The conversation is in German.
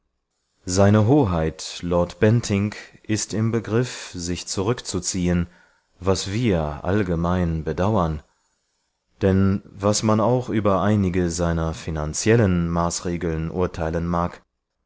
seine hoheit lord bentinck ist im begriff sich zurückzuziehen was wir allgemein bedauern denn was man auch über einige seiner finanziellen maßregeln urteilen mag